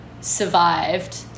survived